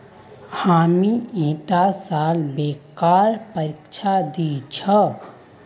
हामी ईटा साल बैंकेर परीक्षा दी छि